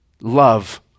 love